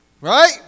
Right